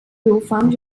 doufám